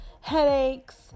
headaches